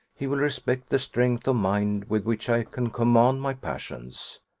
he will respect the strength of mind with which i can command my passions.